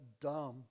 dumb